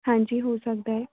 ਹਾਂਜੀ ਹੋ ਸਕਦਾ ਹੈ